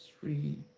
three